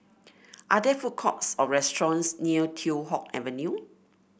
are there food courts or restaurants near Teow Hock Avenue